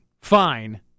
fine